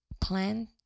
plan